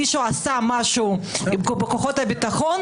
מישהו עשה משהו בכוחות הביטחון,